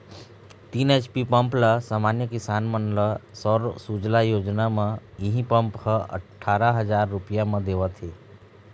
तीन HP pump ल समान्य किसान मन ल सौर सूजला योजना म इहीं पंप ह अठारा हजार रूपिया म देवत हे